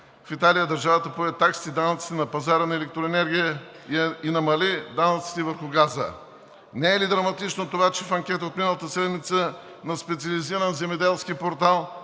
в Италия държавата пое таксите и данъците на пазара на електроенергия и намали данъците върху газа. Не е ли драматично това, че в анкета от миналата седмица на специализиран земеделски портал